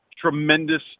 tremendous